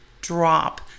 drop